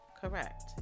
Correct